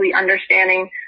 understanding